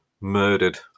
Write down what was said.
murdered